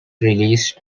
released